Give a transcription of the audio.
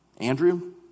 Andrew